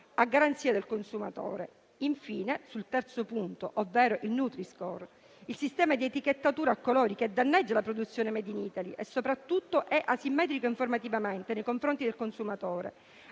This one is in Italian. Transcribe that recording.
a garanzia del consumatore. Il terzo punto riguarda infine il nutri-score, ovvero il sistema di etichettatura a colori che danneggia la produzione *made in Italy* e soprattutto è asimmetrico informativamente nei confronti del consumatore.